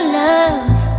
love